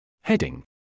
Heading